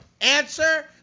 Answer